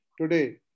today